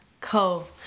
cool